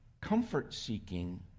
comfort-seeking